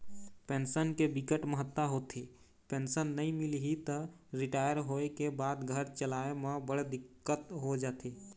pension के बिकट महत्ता होथे, पेंसन नइ मिलही त रिटायर होए के बाद घर चलाए म बड़ दिक्कत हो जाथे